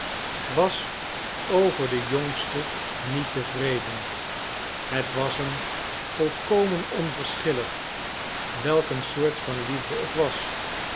was over den jongsten niet tevreden het was hem volkomen onverschillig welk een soort van liefde het was